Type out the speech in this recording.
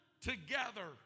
together